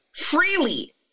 freely